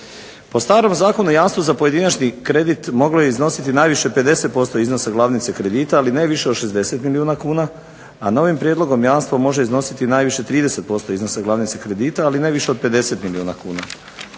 Po starom Zakonu o jamstvu za pojedinačni kredit moglo je iznositi najviše 50% iznosa glavnice kredita, ali ne više od 60 milijuna kuna, a novim prijedlogom jamstvo može iznositi najviše 30% iznosa glavnice kredita, ali ne više od 50 milijuna kuna.